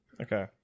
Okay